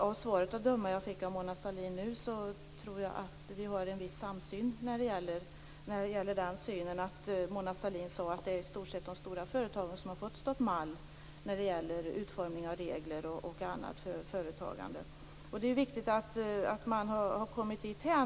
Av svaret jag fick av Mona Sahlin nu att döma tror jag att vi har en viss samsyn om detta. Mona Sahlin sade att det i stort sett är de stora företagen som har fått stå modell för utformning av regler och annat för företagande. Det är viktigt att man har kommit dithän.